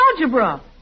algebra